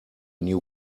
new